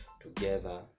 together